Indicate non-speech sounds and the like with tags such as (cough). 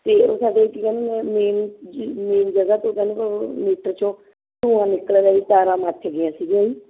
ਅਤੇ ਸਾਡੇ ਕੀ ਕਹਿੰਦੇ ਮੇਨ ਜੀ ਮੇਨ ਜਗ੍ਹਾ ਤੋਂ (unintelligible) ਮੀਟਰ 'ਚੋ ਧੂੰਆਂ ਨਿਕਲਦਾ ਜੀ ਤਾਰਾਂ ਮੱਚ ਗਈਆਂ ਸੀਗੀਆਂ ਜੀ